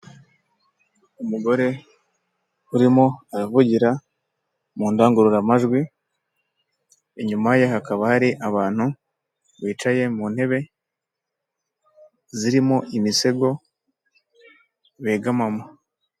Umugore urimo aravugira mu ndangururamajwi, inyuma ye hakaba hari abantu, bicaye mu ntebe, zirimo imisego begamamo.